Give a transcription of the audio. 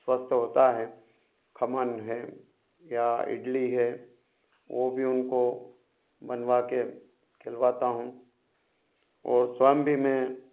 स्वस्थ होता है खमान है या इडली है वो भी उनको बनवा कर खिलवाता हूँ वो स्वयं भी मैं